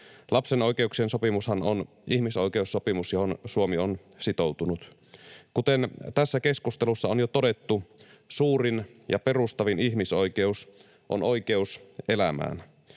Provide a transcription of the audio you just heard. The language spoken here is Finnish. Lapsen oikeuksien sopimushan on ihmisoikeussopimus, johon Suomi on sitoutunut. Kuten tässä keskustelussa on jo todettu, suurin ja perustavin ihmisoikeus on oikeus elämään.